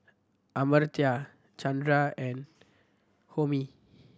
Amartya Chandra and Homi